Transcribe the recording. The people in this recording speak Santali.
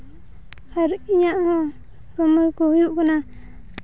ᱟᱨ ᱤᱧᱟᱹᱜ ᱥᱚᱢᱚᱭ ᱠᱚ ᱦᱩᱭᱩᱜ ᱠᱟᱱᱟ